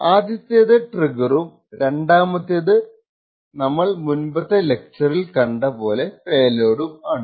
ആദ്യത്തേത് ട്രിഗ്ഗറും രണ്ടാമത്തേത് നമ്മൾ മുൻപത്തെ ലെക്ചർറിൽ കണ്ട പേലോഡും ആണ്